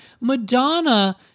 Madonna